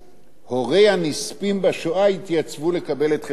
הנספים בשואה יתייצבו לקבל את חלקם בירושה.